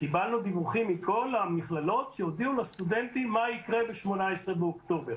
קיבלנו דיווחים מכל המכללות שהודיעו לסטודנטים מה יקרה ב-18 באוקטובר.